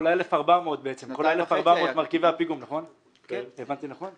כל 1,400 מרכיבי הפיגומים, הבנתי נכון?